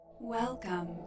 Welcome